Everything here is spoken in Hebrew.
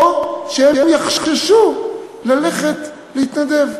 או שיחששו ללכת להתנדב.